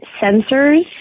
sensors